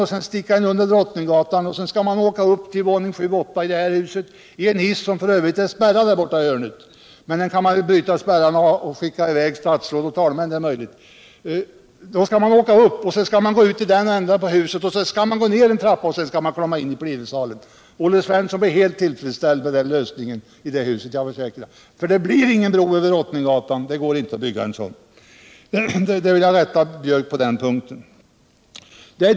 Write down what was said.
Sedan går man under Drottninggatan för att därefter åka upp till våning 7 eller 8 i det här huset —f. ö. i en hiss som är spärrad i det hörnet. Men det är kanske möjligt att bryta spärren och skicka i väg statsråd och talmän. Man skall alltså åka upp och sedan gå ut i den ändan av huset. Därefter skall man gå ned en trappa för att kunna komma in i plenisalen. Olle Svensson blir helt tillfredsställd med lösningen i det huset, det kan jag försäkra, för det blir ingen bro över Drottninggatan. Det går inte att bygga en sådan. Jag vill rätta Anders Björck på den punkten.